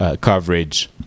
coverage